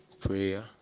Prayer